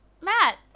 Matt